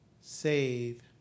save